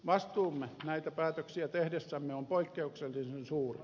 vastuumme näitä päätöksiä tehdessämme on poikkeuksellisen suuri